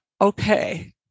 okay